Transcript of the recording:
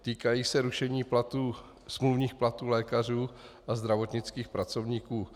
Týkají se rušení smluvních platů lékařů a zdravotnických pracovníků.